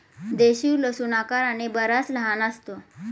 देशी लसूण आकाराने बराच लहान असतो